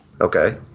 Okay